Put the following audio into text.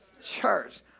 church